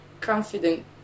confident